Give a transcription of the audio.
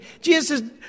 Jesus